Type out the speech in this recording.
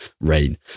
rain